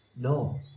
No